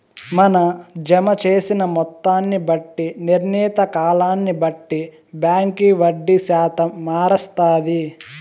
మన జమ జేసిన మొత్తాన్ని బట్టి, నిర్ణీత కాలాన్ని బట్టి బాంకీ వడ్డీ శాతం మారస్తాది